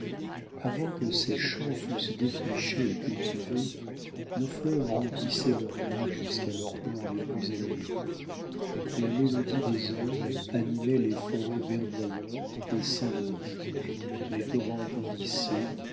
avant que ces champs fussent défrichés et cultivés nos fleuves remplissaient leur lit jusqu'à leurs bords les plus élevés la mélodie des ondes animait les forêts verdoyantes et sans limites les torrents bondissaient